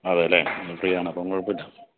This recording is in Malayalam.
അതെ അല്ലേ എന്ത് ചെയ്യാനാണ് അപ്പം കുഴപ്പമില്ല